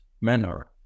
manner